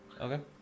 Okay